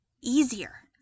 easier